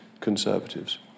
Conservatives